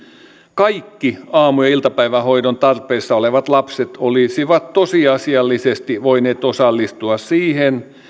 kaikki aamu ja iltapäivähoidon tarpeessa olevat lapset olisivat tosiasiallisesti voineet osallistua siihen